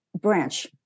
branch